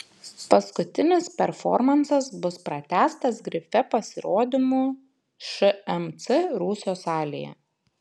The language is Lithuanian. paskutinis performansas bus pratęstas grife pasirodymu šmc rūsio salėje